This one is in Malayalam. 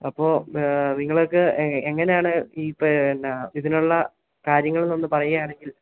അപ്പോൾ നിങ്ങൾക്ക് എങ്ങനെയാണ് ഈ പിന്നെ ഇതിനുള്ള കാര്യങ്ങൾ എന്നൊന്ന് പറയുകയാണെങ്കിൽ